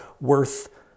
worth